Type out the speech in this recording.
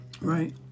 Right